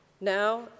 Now